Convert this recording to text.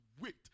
wait